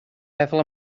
meddwl